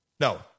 No